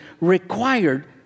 required